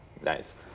Nice